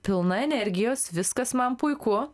pilna energijos viskas man puiku